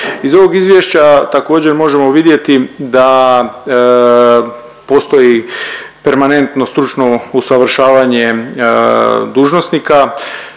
Iz ovog izvješća također možemo vidjeti da postoji permanentno stručno usavršavanje dužnosnika